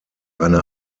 eine